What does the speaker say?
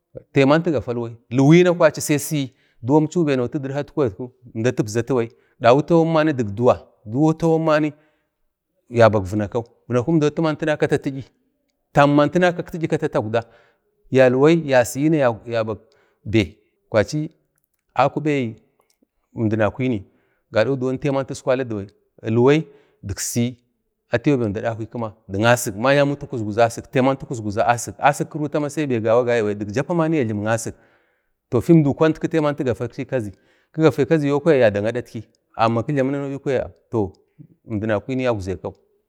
﻿taiman tigafa ilwai daga jlwai kwachi sai siyi Duwancha bai notu didkatwancho əmda tibzatu bai dawu tawan mani dik duwa da tawan mani yabak vinakau, vinakau indau atimani kata ti'yi, tamma tina kaka ti'yi kata taukda, yalwai ya siniya ya bak be kwachi a kube əmdinakwini gado duwon taiba taska iskwali dibai, ilwai dik siyi dik asik ma'yaamau tukuz-guza taman ti kug-guza asik, asik ba wai sai dik bai gawa agabai dik jappa mani ya jlimik asik be dau kwan taiman tigafaksi kazi kigafa ikazi yokwa yadak adatki amma kijlamu nanuwa bi kwaya to əmdinakwini aukze kau.